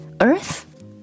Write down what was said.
Earth